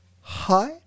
hi